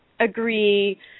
Agree